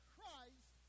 Christ